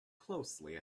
closely